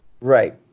Right